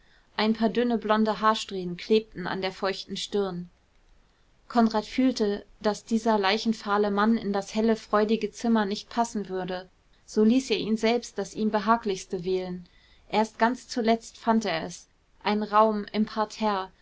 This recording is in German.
ein paar dünne blonde haarsträhnen klebten an der feuchten stirn konrad fühlte daß dieser leichenfahle mann in das helle freudige zimmer nicht passen würde so ließ er ihn selbst das ihm behaglichste wählen erst ganz zuletzt fand er es einen raum im parterre